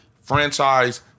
franchise